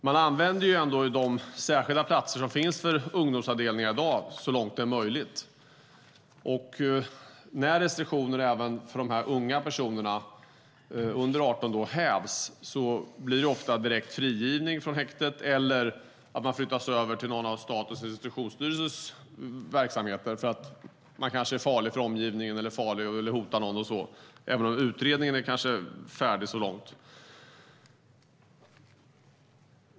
Man använder de särskilda platser på ungdomsavdelningar som finns i dag så långt som möjligt. När restriktioner för unga personer under 18 år hävs blir det ofta direkt frigivning från häktet eller överflyttning till någon av Statens institutionsstyrelses verksamheter. De unga kanske är farliga för omgivningen eller har hotat någon även om utredningen är färdig så långt.